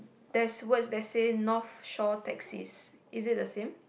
there's word that says North Shore taxis is it the same